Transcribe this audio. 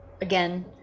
again